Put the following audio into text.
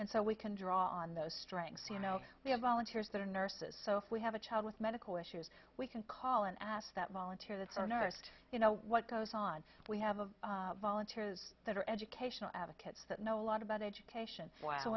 and so we can draw on those strengths you know we have volunteers that are nurses so we have a child with medical issues we can call and ask that volunteer that's our next you know what goes on we have a volunteers that are educational advocates that know a lot about education wh